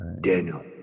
Daniel